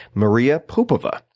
maria popova,